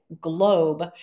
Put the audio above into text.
globe